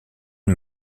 une